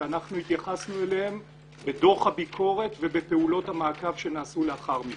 שאנחנו התייחסנו אליהם בדוח הביקורת ובפעולות המעקב שנעשו לאחר מכן: